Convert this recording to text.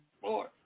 four